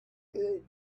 good